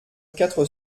quatre